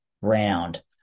round